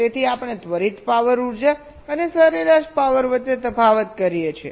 તેથી આપણે ત્વરિત પાવર ઉર્જા અને સરેરાશ પાવર વચ્ચે તફાવત કરીએ છીએ